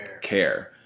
care